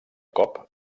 cop